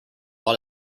lot